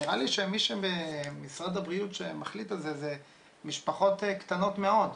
נראה לי שמי שמחליט על זה במשרד הבריאות זה משפחות קטנות מאוד.